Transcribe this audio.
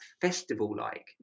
festival-like